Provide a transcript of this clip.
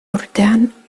urtean